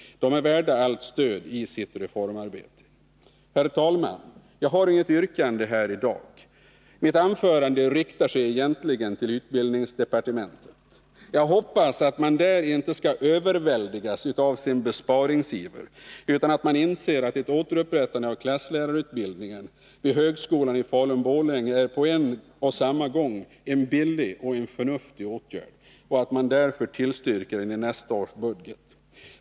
De är värda allt stöd i sitt reformarbete. Herr talman! Jag har inget yrkande här i dag. Mitt anförande riktar sig egentligen till utbildningsdepartementet. Jag hoppas att man där inte skall överväldigas av sin besparingsiver, utan att man inser att ett återupprättande av klasslärarutbildningen vid högskolan i Falun/Borlänge är en på samma gång billig och förnuftig åtgärd och att man därför tillstyrker den i nästa års budget.